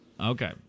Okay